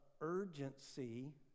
urgency